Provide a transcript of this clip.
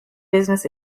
business